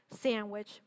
Sandwich